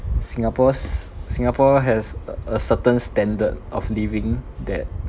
singapore's singapore has uh a certain standard of living that